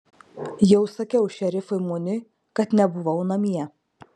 jau sakiau šerifui muniui kad nebuvau namie